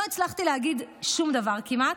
לא הצלחתי להגיד שום דבר כמעט,